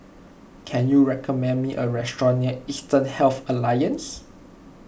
can you recommend me a restaurant near Eastern Health Alliance